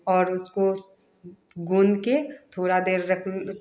और उसको भून के थोड़ा देर रखने